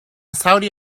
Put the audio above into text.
saudi